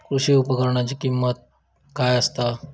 कृषी उपकरणाची किमती काय आसत?